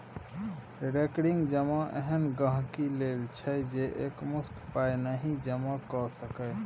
recurring जमा एहन गांहिकी लेल छै जे एकमुश्त पाइ नहि जमा कए सकैए